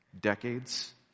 decades